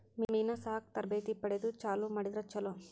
ಮೇನಾ ಸಾಕು ತರಬೇತಿ ಪಡದ ಚಲುವ ಮಾಡಿದ್ರ ಚುಲೊ